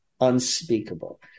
unspeakable